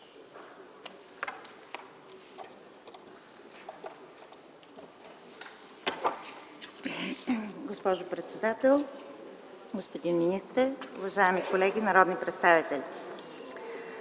Госпожо председател, господин министър, уважаеми колеги народни представители!